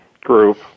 Group